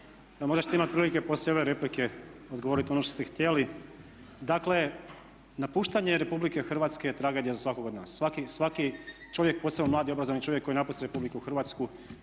ćete imati poslije ove replike odgovoriti ono što ste htjeli. Dakle napuštanje Republike Hrvatske je tragedija za svakog od nas, svaki čovjek, posebno mladi obrazovni čovjek koji napusti Republiku Hrvatsku